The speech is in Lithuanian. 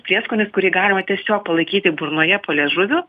prieskonis kurį galima tiesiog palaikyti burnoje po liežuviu